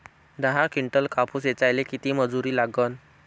दहा किंटल कापूस ऐचायले किती मजूरी लागन?